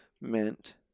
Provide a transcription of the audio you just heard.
meant